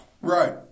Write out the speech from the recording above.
Right